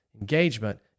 engagement